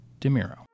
DeMiro